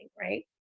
right